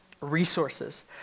resources